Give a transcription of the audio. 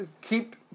keep